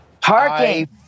Parking